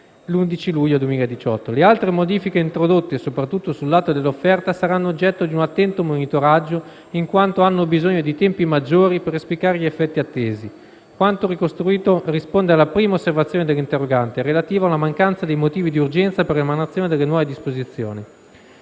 Le altre modifiche introdotte, soprattutto sul lato dell'offerta, saranno oggetto di un attento monitoraggio, in quanto hanno bisogno di tempi maggiori per esplicare gli effetti attesi. Quanto ricostruito risponde alla prima osservazione dell'interrogante, relativa alla mancanza dei motivi di urgenza per l'emanazione delle nuove disposizioni.